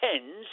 tens